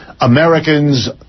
Americans